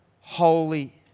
holy